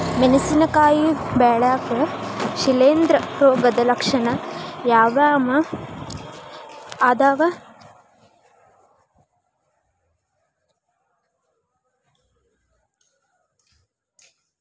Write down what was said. ಮೆಣಸಿನಕಾಯಿ ಬೆಳ್ಯಾಗ್ ಶಿಲೇಂಧ್ರ ರೋಗದ ಲಕ್ಷಣ ಯಾವ್ಯಾವ್ ಅದಾವ್?